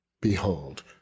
Behold